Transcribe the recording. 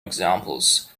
examples